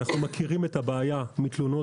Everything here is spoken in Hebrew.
אנחנו מכירים את הבעיה מתלונות.